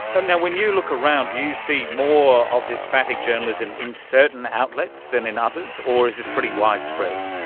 and when you look around do you see more of this phatic journalism in certain outlets than in others, or is this pretty widespread?